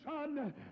Son